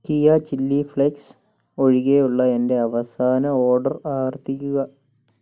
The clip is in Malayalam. കിയാ ചില്ലി ഫ്ലേക്സ് ഒഴികെയുള്ള എന്റെ അവസാന ഓർഡർ ആവർത്തിക്കുക